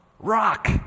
Rock